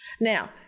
Now